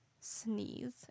sneeze